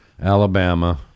Alabama